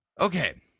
Okay